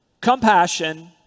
compassion